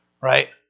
right